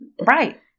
Right